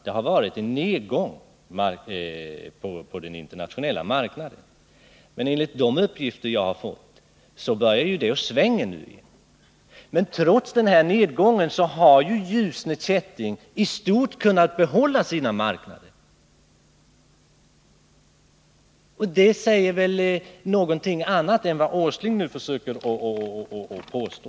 Det har varit en nedgång på den internationella marknaden, men enligt de uppgifter jag har fått börjar det svänga nu igen, och trots nedgången har Ljusne Kätting i stort kunna behålla sina marknader. Det säger väl någonting annat än vad Nils Åsling nu försöker påstå.